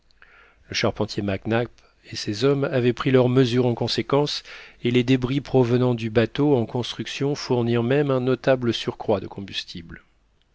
le charpentier mac nap et ses hommes avaient pris leurs mesures en conséquence et les débris provenant du bateau en construction fournirent même un notable surcroît de combustible